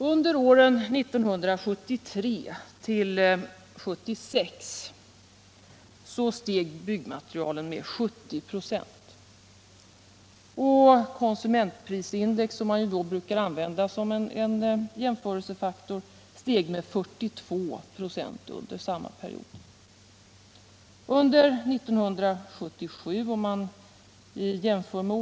Under åren 1973-1976 steg byggmaterialpriserna med 70 26. Konsumentprisindex, som man brukar använda som en jämförelsefaktor, steg med 42 926 under samma period.